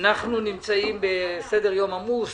אנחנו בסדר-היום עמוס